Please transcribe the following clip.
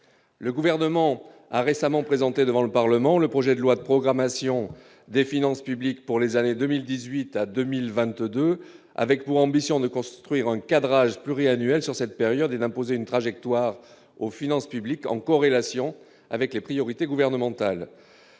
le gouvernement a récemment présenté devant le parlement, le projet de loi de programmation des finances publiques pour les années 2018 à 2020, 2 avec pour ambition de construire un cadrage pluriannuel sur cette période d'imposer une trajectoire aux finances publiques en corrélation avec les priorités gouvernementales,